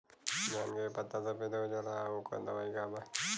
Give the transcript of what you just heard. धान के पत्ता सफेद हो जाला ओकर दवाई का बा?